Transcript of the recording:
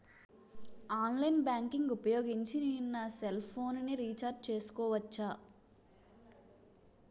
Online banking ఊపోయోగించి నేను నా సెల్ ఫోను ని రీఛార్జ్ చేసుకోవచ్చా?